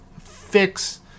fix